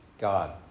God